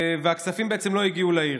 הכספים בעצם לא הגיעו לעיר.